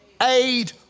aid